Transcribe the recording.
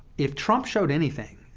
if trump showed anything,